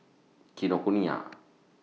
Kinokuniya